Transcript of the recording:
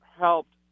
helped